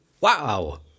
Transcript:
wow